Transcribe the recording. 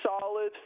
solid